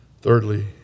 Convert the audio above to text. Thirdly